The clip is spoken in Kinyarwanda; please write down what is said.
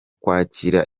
kwakira